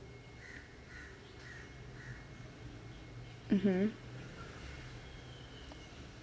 mmhmm